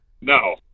No